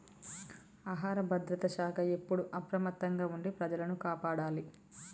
ఆహార భద్రత శాఖ ఎప్పుడు అప్రమత్తంగా ఉండి ప్రజలను కాపాడాలి